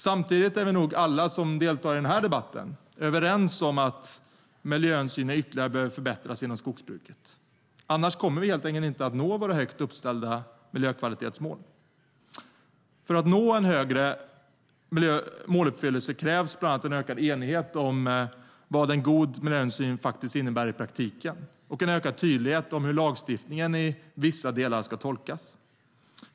Samtidigt är vi nog alla som deltar i denna debatt överens om att miljöhänsynen ytterligare behöver förbättras inom skogsbruket. Annars kommer vi helt enkelt inte att nå våra högt uppställda miljökvalitetsmål. För att nå en högre måluppfyllelse krävs bland annat en ökad enighet om vad en god miljöhänsyn faktiskt innebär i praktiken och en ökad tydlighet om hur lagstiftningen i vissa delar ska tolkas.